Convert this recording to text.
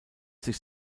sich